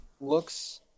looks